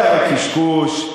השר, זה הרי קשקוש.